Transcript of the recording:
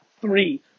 three